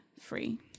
free